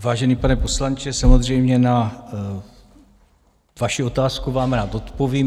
Vážený pane poslanče, samozřejmě na vaši otázku vám rád odpovím.